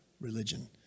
religion